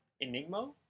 Enigma